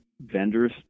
vendors